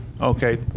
Okay